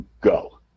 go